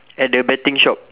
at the betting shop